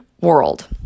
world